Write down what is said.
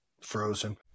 Frozen